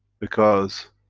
because